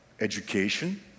education